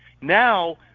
now